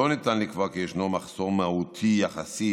לא ניתן לקבוע כי יש מחסור מהותי יחסי